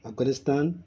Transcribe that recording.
Afghanistan